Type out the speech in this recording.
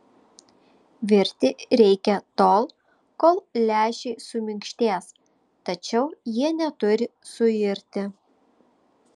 virti reikia tol kol lęšiai suminkštės tačiau jie neturi suirti